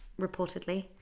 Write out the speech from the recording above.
reportedly